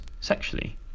sexually